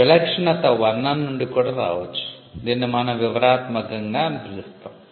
విలక్షణత వర్ణన నుండి కూడా రావచ్చు దీనిని మనం వివరణాత్మకంగా అని పిలుస్తాము